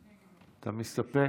אתה מסתפק?